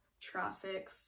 traffic